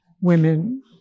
women